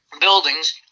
buildings